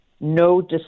no